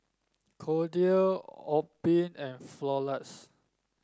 Kordel's Obimin and Floxia